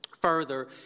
further